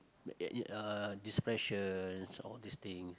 uh depression all this thing